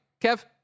Kev